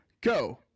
go